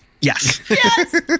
Yes